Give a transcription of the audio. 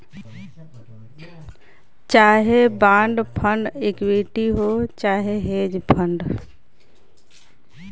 चाहे bond fund equity हौ चाहे हेज फ़ंड